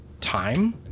time